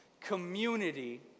community